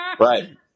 Right